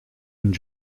une